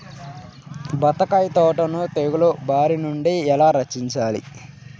బత్తాయి తోటను తెగులు బారి నుండి ఎలా రక్షించాలి?